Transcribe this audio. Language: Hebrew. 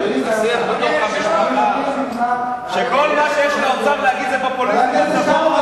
כל מה שיש לאוצר להגיד זה פופוליזם,